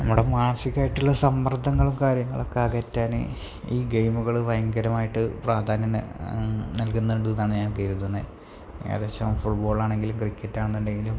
നമ്മുടെ മാനസികമായിട്ടുള്ള സമ്മർദ്ദങ്ങളും കാര്യങ്ങളുമൊക്കെ അകറ്റാന് ഈ ഗെയ്മുകള് ഭയങ്കരമായിട്ട് പ്രാധാന്യം നൽകുന്നുണ്ടെന്നാണ് ഞാൻ കരുതുന്നത് ഏകദേശം ഫുട്ബോളാണെങ്കിലും ക്രിക്കറ്റ് ആണെന്നുണ്ടെങ്കിലും